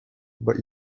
but